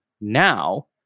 now